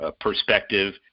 perspective